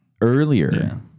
earlier